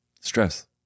stress